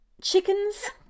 Chickens